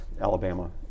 Alabama